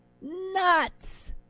nuts